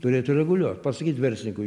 turėtų reguliuot pasakyt verslininkui